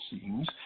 seems